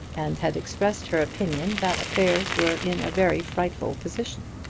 and had expressed her opinion that affairs were in a very frightful position.